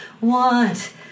want